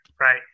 right